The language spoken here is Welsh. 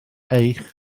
eich